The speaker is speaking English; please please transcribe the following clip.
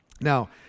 Now